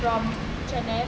from H&M